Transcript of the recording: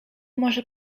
może